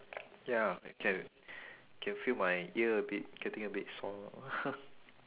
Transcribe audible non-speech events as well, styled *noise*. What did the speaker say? ya I can can feel my ear a bit getting a bit sore *laughs*